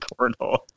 cornhole